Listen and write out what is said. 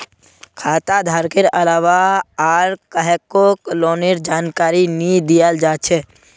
खाता धारकेर अलावा आर काहको लोनेर जानकारी नी दियाल जा छे